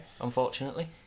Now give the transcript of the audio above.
unfortunately